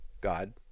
God